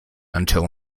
until